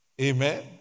Amen